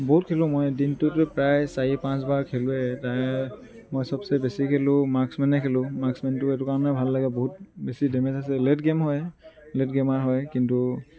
বহুত খেলোঁ মই দিনটোতটো প্ৰায় চাৰি পাঁচবাৰ খেলোঁৱে মই চবচে বেছি খেলোঁ মাক্স মেনে খেলোঁ মাক্স মেনটো সেইটো কাৰণে ভাল লাগে বহুত বেছি ডেমেজ আছে লেট গেম হয় লেট গেমাৰ হয় কিন্তু